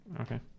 Okay